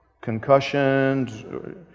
concussions